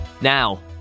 Now